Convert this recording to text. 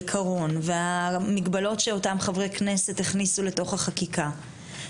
העיקרון והמגבלות שאותם חברי כנסת הכניסו לתך החקיקה,